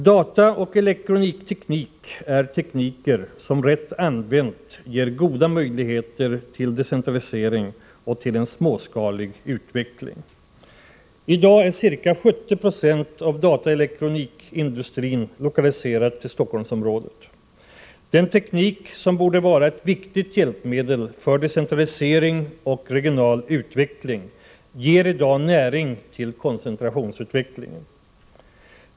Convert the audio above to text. Datatekniken och elektroniktekniken är tekniker som, rätt använda, ger goda möjligheter till decentralisering och en småskalig utveckling. I dag är ca 70 0 av dataoch elektronikindustrin lokaliserad till Stockholmsområdet. De tekniker som borde vara ett viktigt hjälpmedel för decentralisering och regional utveckling ger i dag näring till koncentrationsutvecklingen.